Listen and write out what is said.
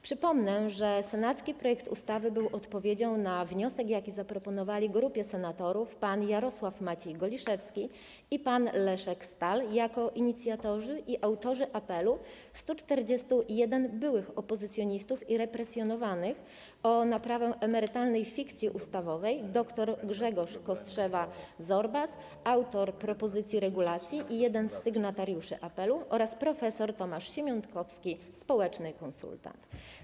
Przypomnę, że senacki projekt ustawy był odpowiedzią na wniosek, jaki zaproponowali grupie senatorów pan Jarosław Maciej Goliszewski i pan Leszek Stall jako inicjatorzy i autorzy apelu 141 byłych opozycjonistów i represjonowanych o naprawę emerytalnej fikcji ustawowej, dr Grzegorz Kostrzewa-Zorbas, autor propozycji regulacji i jeden z sygnatariuszy apelu, oraz prof. Tomasz Siemiątkowski, społeczny konsultant.